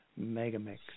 Megamix